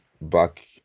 back